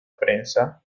prensa